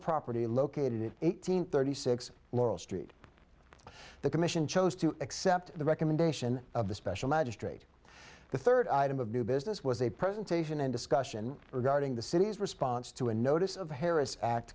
property located at eight hundred thirty six laurel street the commission chose to accept the recommendation of the special magistrate the third item of new business was a presentation and discussion regarding the city's response to a notice of harris act